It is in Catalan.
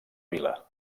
vila